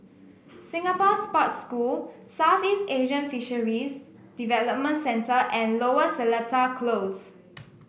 Singapore Sports School Southeast Asian Fisheries Development Centre and Lower Seletar Close